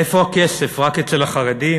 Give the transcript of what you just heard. איפה הכסף, רק אצל החרדים?